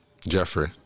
Jeffrey